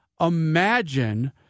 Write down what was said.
imagine